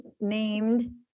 named